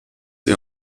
ihr